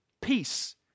peace